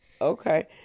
Okay